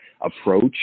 approach